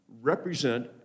represent